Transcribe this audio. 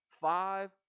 five